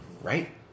right